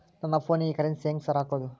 ನನ್ ಫೋನಿಗೆ ಕರೆನ್ಸಿ ಹೆಂಗ್ ಸಾರ್ ಹಾಕೋದ್?